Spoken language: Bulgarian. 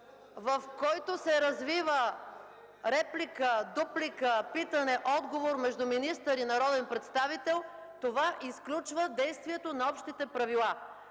в който се развива реплика, дуплика, питане, отговор между министър и народен представител, това изключва действието на общите правила.